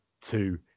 two